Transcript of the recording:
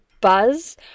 buzz